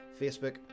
Facebook